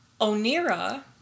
Onira